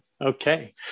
Okay